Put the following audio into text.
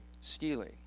stealing